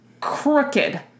crooked